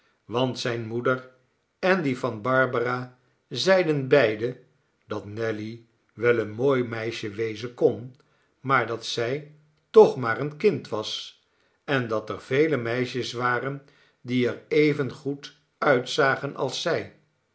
want zijne moeder en die van barbara zeiden beide dat nelly wel een mooi meisje wezen kon maar dat zij toch maar een kind was en dat er vele meisjes waren die er even goed uitzagen als zij